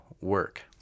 work